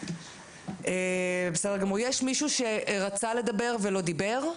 יש מישהו שרצה לדבר ולא דיבר?